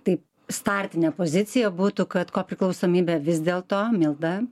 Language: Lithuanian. tai startinė pozicija būtų kad kopriklausomybė vis dėl to milda